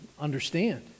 understand